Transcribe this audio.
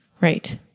Right